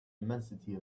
immensity